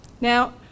Now